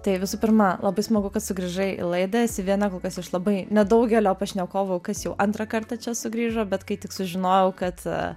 tai visų pirma labai smagu kad sugrįžai į laidą esi viena kol kas iš labai nedaugelio pašnekovų kas jau antrą kartą čia sugrįžo bet kai tik sužinojau kad